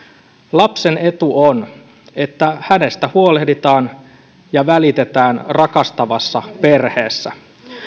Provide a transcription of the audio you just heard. lapsen etu on että hänestä huolehditaan ja välitetään rakastavassa perheessä